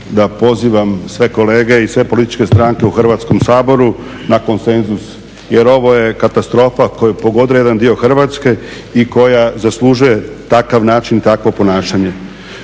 da pozivam sve kolege i sve političke stranke u Hrvatskom saboru na konsenzus jer ovo je katastrofa koja je pogodila jedan dio Hrvatske i koja zaslužuje takav način i takvo ponašanje.